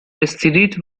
استریت